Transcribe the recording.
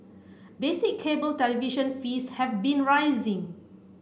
basic cable television fees have been rising